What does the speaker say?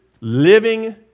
living